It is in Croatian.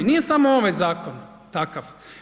Nije samo ovaj zakon takav.